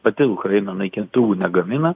pati ukraina naikintuvų negamina